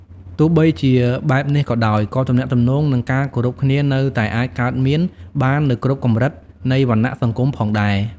ទោះបីជាបែបនេះក៏ដោយ ក៏ទំនាក់ទំនងនិងការគោរពគ្នានៅតែអាចកើតមានបាននៅគ្រប់កម្រិតនៃវណ្ណៈសង្គមផងដែរ។